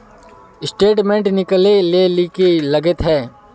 Statement निकले ले की लगते है?